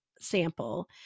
sample